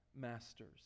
masters